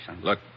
Look